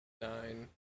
Nine